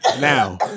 Now